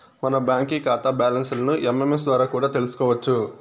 మన బాంకీ కాతా బ్యాలన్స్లను ఎస్.ఎమ్.ఎస్ ద్వారా కూడా తెల్సుకోవచ్చు